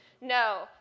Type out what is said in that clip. No